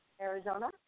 Arizona